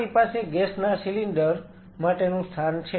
તમારી પાસે ગેસ ના સિલિન્ડર માટેનું સ્થાન છે